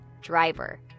driver